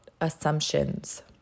assumptions